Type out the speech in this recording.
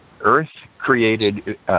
Earth-created